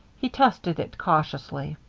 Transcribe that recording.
he tested it cautiously.